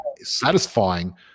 satisfying